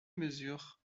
mesure